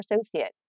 associate